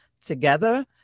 together